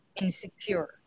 insecure